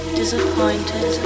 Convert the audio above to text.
disappointed